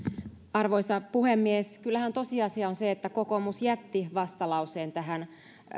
arvoisa puhemies kyllähän tosiasia on se että kokoomus jätti vastalauseen tähän